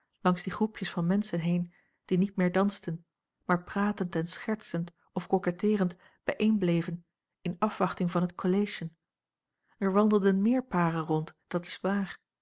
langs die groepjes van menschen heen die niet meer dansten maar pratend en schertsend of coquetteerend bijeenbleven in afwachting van het collation er wandelden meer paren rond dat is waar